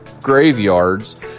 graveyards